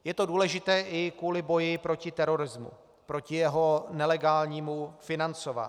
Je to důležité i kvůli boji proti terorismu, proti jeho nelegálnímu financování.